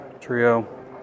trio